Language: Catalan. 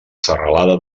serralada